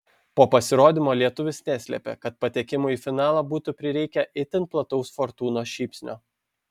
po pasirodymo lietuvis neslėpė kad patekimui į finalą būtų prireikę itin plataus fortūnos šypsnio